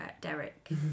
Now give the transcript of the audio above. Derek